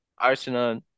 Arsenal